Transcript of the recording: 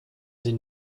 sie